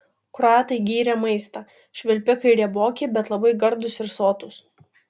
kroatai gyrė maistą švilpikai rieboki bet labai gardūs ir sotūs